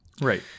Right